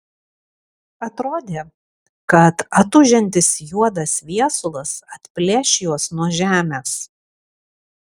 atrodė kad atūžiantis juodas viesulas atplėš juos nuo žemės